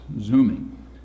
zooming